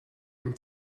энэ